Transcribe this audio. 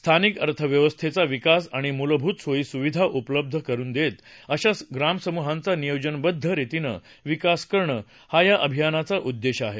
स्थानिक अर्थव्यवस्थेचा विकास आणि मूलभूत सोयीसुविधा उपलब्ध करून देत अशा ग्रामसमूहांचा नियोजबद्ध रितीनं विकास करणं हा या अभियानाचा उद्देश आहे